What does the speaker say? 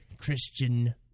Christian